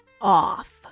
off